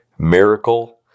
Miracle